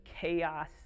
chaos